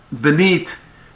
beneath